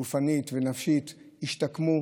גופנית ונפשית, השתקמו,